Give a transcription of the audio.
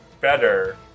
better